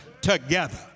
together